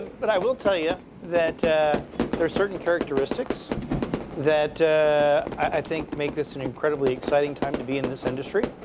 but i will tell you that there's certain characteristics that i think make this an incredibly exciting time to be in this industry.